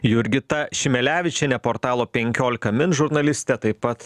jurgita šimelevičienė portalo penkiolika min žurnalistė taip pat